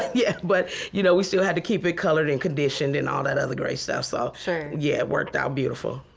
yeah but you know we still had to keep it colored and conditioned and all that other great stuff. so so yeah, it worked out beautiful.